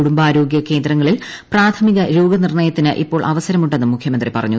കുടുംബാരോഗൃ കേന്ദ്രങ്ങളിൽ പ്രാഥമിക രോഗനിർണ്ണയത്തിന് ഇപ്പോൾ അവസരമുണ്ടെന്നും മുഖ്യമന്ത്രി പറഞ്ഞു